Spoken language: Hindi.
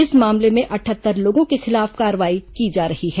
इस मामले में अटहत्तर लोगों के खिलाफ कार्रवाई की जा रही है